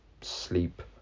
sleep